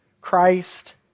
Christ